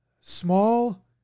small